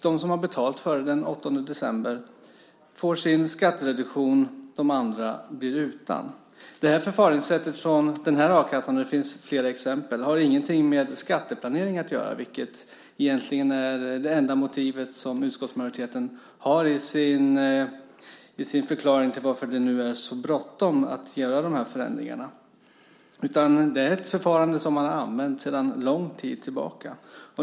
De som har betalt före den 8 december får sin skattereduktion. De andra blir utan. Förfaringssättet från den här a-kassan - det finns flera exempel - har ingenting med skatteplanering att göra, vilket egentligen är det enda motiv som utskottsmajoriteten har i sin förklaring till att det nu är så bråttom att göra de här förändringarna. Det är ett förfarande som har använts sedan lång tid tillbaka.